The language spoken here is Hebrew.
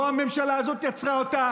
לא הממשלה הזאת יצרה אותה,